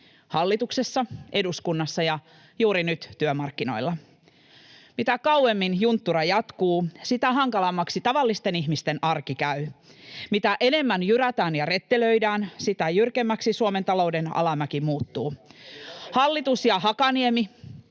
hallituksessa, eduskunnassa ja juuri nyt työmarkkinoilla. Mitä kauemmin junttura jatkuu, sitä hankalammaksi tavallisten ihmisten arki käy. [Ben Zyskowicz: Kyllä, eli lopettakaa vaan!] Mitä enemmän jyrätään ja rettelöidään, sitä jyrkemmäksi Suomen talouden alamäki muuttuu. Hallitus ja Hakaniemi